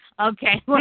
Okay